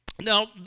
Now